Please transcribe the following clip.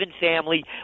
family